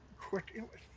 quick